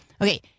Okay